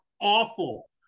awful